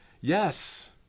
yes